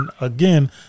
again